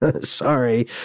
Sorry